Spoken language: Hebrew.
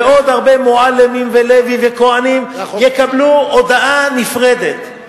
ועוד הרבה מועלמים ולוי וכהנים יקבלו הודעה נפרדת,